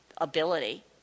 ability